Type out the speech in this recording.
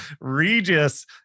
Regis